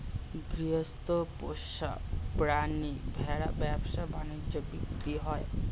গৃহস্থ পোষ্য প্রাণী ভেড়া ব্যবসা বাণিজ্যে বিক্রি হয়